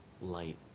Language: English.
Light